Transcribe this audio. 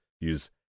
Use